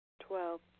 Twelve